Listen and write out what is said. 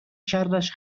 شرش